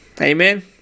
Amen